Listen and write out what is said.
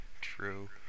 True